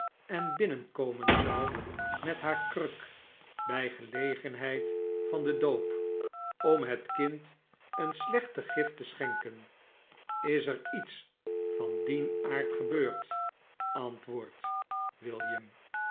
en binnenkomen zou met haar kruk by gelegenheid van den doop om het kind een slechte gift te schenken is er iets van dien aard gebeurd antwoord william